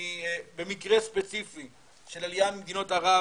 אני במקרה ספציפי של עליה ממדינות ערב